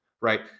right